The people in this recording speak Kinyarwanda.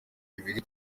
ibiri